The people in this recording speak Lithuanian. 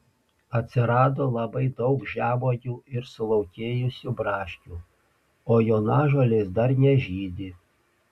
atsirado labai daug žemuogių ir sulaukėjusių braškių o jonažolės dar nežydi